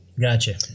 Gotcha